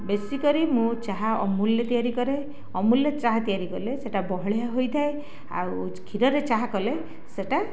ବେଶି କରି ମୁଁ ଚାହା ଅମୁଲରେ ତିଆରି କରେ ଅମୁଲରେ ଚାହା ତିଆରି କଲେ ସେଇଟା ବହଳିଆ ହୋଇଥାଏ ଆଉ କ୍ଷୀରରେ ଚାହା କଲେ ସେଇଟା